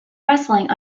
wrestling